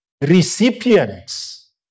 recipients